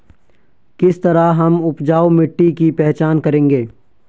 किस तरह हम उपजाऊ मिट्टी की पहचान करेंगे?